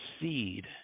seed